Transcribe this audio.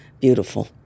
beautiful